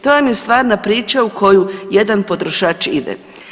To vam je stvarna priča u koju jedan potrošač ide.